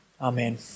Amen